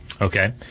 Okay